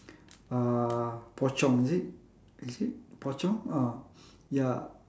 uh pocong is it is it pocong uh ya